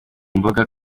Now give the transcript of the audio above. imboga